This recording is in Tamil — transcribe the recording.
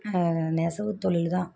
நெசவு தொழில் தான்